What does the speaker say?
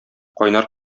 кайнар